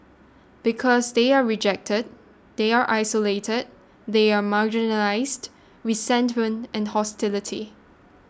because they are rejected they are isolated they are marginalised resentment and hostility